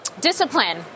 discipline